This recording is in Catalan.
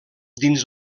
dins